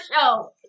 show